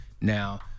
now